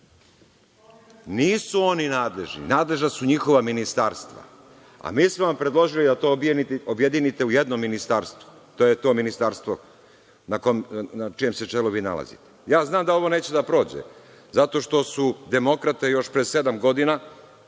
Nisu oni nadležni, nadležna su njihova ministarstva. Mi smo vam predložili da to objedinite u jednom ministarstvu. To je to ministarstvo na čijem se čelu vi nalazite. Znam da ovo neće da prođe zato što su demokrate još pre sedam godina